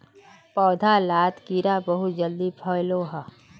पौधा लात कीड़ा बहुत जल्दी फैलोह